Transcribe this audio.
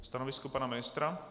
Stanovisko pana ministra?